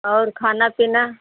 और खाना पीना